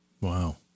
Wow